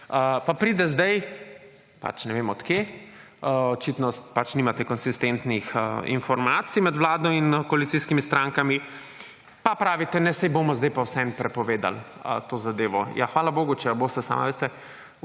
pa pride sedaj, pač ne vem od kje, očitno pač nimate konsistentnih informacij med vlado in koalicijskimi strankami, pa pravite ne saj bomo sedaj pa vseeno prepovedali to zadevo. Ja, hvala bogu če jo boste, samo a veste